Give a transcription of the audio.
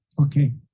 Okay